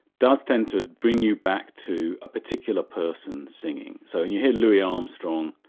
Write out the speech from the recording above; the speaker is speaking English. does tend to bring you back to a particular person singing. so and you hear louis armstrong,